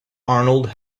arnold